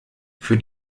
für